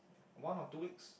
one or two weeks